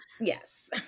yes